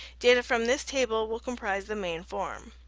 data from this table will comprise the main form.